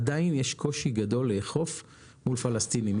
עדיין יש קושי גדול לאכוף מול פלסטינים.